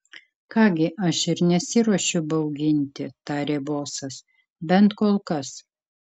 ką gi aš ir nesiruošiu bauginti tarė bosas bent kol kas